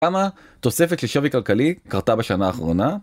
כמה תוספת לשווי כלכלי קרתה בשנה האחרונה?